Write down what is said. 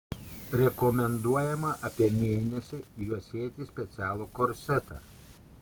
rekomenduojama apie mėnesį juosėti specialų korsetą